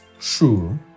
true